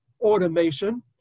automation